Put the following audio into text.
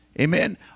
Amen